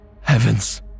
Heavens